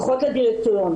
פחות לדירקטוריון.